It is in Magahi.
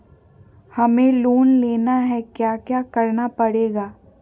हमें लोन लेना है क्या क्या करना पड़ेगा?